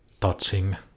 touching